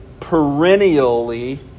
perennially